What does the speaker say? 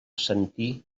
sentir